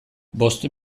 bost